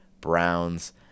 Browns